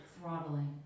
throttling